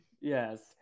Yes